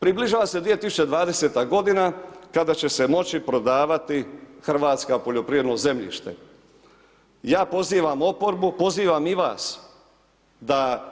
Približava se 2020. godina kada će se moći prodavati Hrvatska poljoprivredno zemljište, ja pozivam oporbu, pozivam i vas da